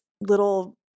little